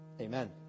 amen